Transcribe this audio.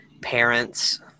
parents